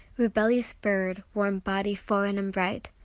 rebellious bird, warm body foreign and bright,